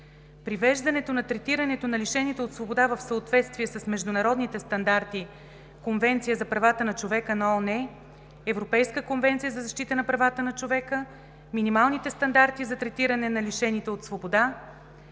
Привеждането на третирането на лишените от свобода в съответствие с международните стандарти – Конвенцията за правата на човека на ООН, Европейската конвенция за защита на правата на човека, минималните стандарти за третиране на лишените от свобода,